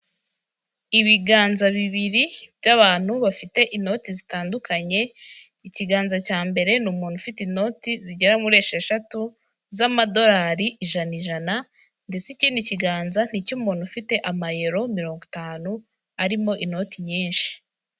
Ibiganza bibiri by'abantu bafite inoti zitandukanye, ikiganza cya mbere ni umuntu ufite inoti zigera muri esheshatu z'amadolari ijana ijana, ndetse ikindi kiganza n'icy'umuntu ufite amayero mirongo itanu arimo inoti nyinshi.